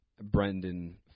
Brendan